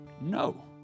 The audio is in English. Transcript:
No